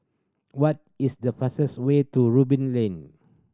what is the fastest way to Ruby Lane